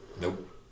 Nope